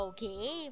Okay